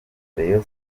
rayon